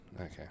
Okay